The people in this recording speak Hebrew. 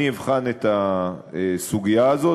אני אבחן את הסוגיה הזאת.